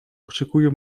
oczekują